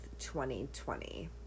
2020